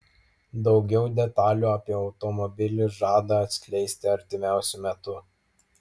daugiau detalių apie automobilį žada atskleisti artimiausiu metu